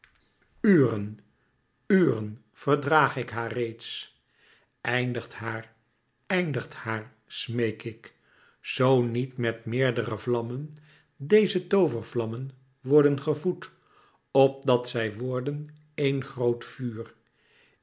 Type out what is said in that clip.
uren uren verdraag ik haar reeds eindigt haar eindigt haar smeek ik zoo niet met meerdere vlammen deze toovervlammen worden gevoed opdat zij worden eén groot vuur